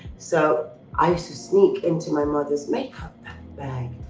so i used to sneak into my mother's makeup bag,